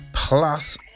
Plus